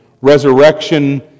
resurrection